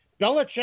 Belichick